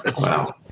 Wow